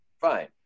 Fine